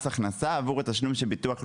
הכנסה עבור התשלום של הביטוח הלאומי.